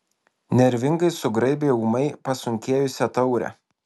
nervingai sugraibė ūmai pasunkėjusią taurę